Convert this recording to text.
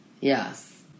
Yes